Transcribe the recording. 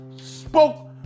spoke